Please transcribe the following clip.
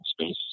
space